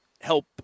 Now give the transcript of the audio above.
help